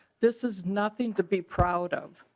this is nothing to be proud of.